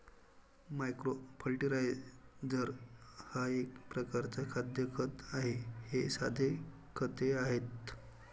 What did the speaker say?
micro fertiliser हा एक प्रकारचा खाद्य खत आहे हे साधे खते आहेत